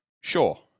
Sure